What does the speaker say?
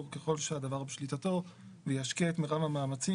ככל שהדבר בשליטתו וישקיע את מירב המאמצים".